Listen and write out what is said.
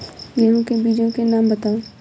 गेहूँ के बीजों के नाम बताओ?